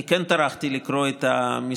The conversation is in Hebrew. אני כן טרחתי לקרוא את המסמכים,